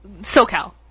SoCal